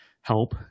help